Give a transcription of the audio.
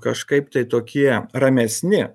kažkaip tai tokie ramesni